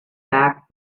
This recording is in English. back